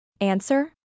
Answer